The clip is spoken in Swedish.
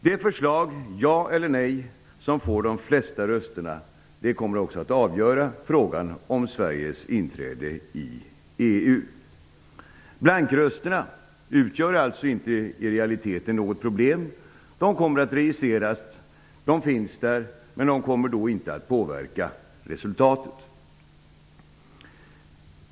Det förslag, ja eller nej, som får de flesta rösterna kommer också att avgöra frågan om Sveriges inträde i EU. Blankrösterna utgör alltså inte i realiteten något problem. De kommer att registreras, de finns där, men de kommer inte att påverka resultatet.